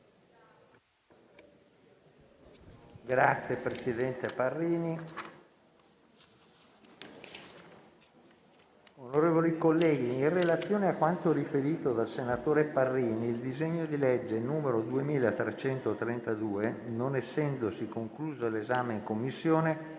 una nuova finestra"). Onorevoli colleghi, in relazione a quanto riferito dal senatore Parrini, il disegno di legge n. 2332, non essendosi concluso l'esame in Commissione,